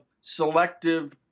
selective